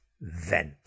vent